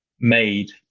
made